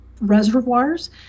reservoirs